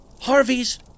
Harvey's